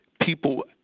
people